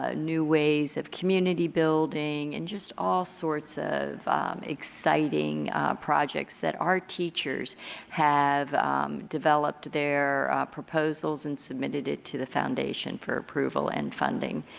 ah new ways of community building and all sorts of exciting projects that our teachers have developed their proposals and submitted it to the foundation for approval and funding.